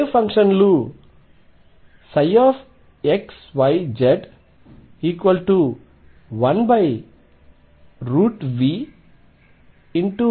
wave ఫంక్షన్లు xyz1Veik